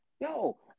Yo